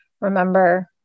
remember